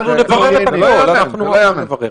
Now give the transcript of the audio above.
נפרט את הכול, נברר.